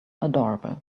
adorable